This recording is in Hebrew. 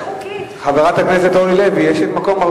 נא לאפשר לחבר הכנסת ניצן הורוביץ.